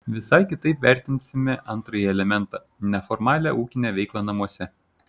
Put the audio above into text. visai kitaip vertinsime antrąjį elementą neformalią ūkinę veiklą namuose